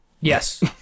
Yes